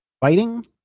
fighting